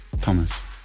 Thomas